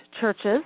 churches